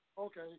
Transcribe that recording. Okay